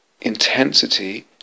Intensity